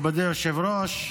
מכובדי היושב-ראש,